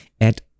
at-